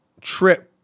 trip